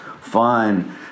Fun